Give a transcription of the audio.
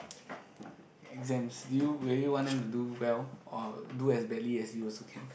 exams do you will you want them to do well or do as badly as you also can